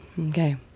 Okay